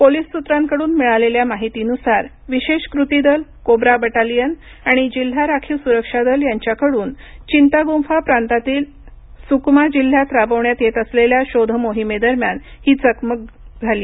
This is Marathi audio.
पोलीस सूत्रांकडून मिळालेल्या माहितीनुसार विशेष कृती दल कोब्रा बटालियन आणि जिल्हा राखीव सुरक्षा दल यांच्याकडून चिंतागुफा प्रांतातील सुकमा जिल्ह्यात राबवण्यात येत असलेल्या शोध मोहिमेदरम्यान ही चकमक उडाली